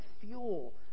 fuel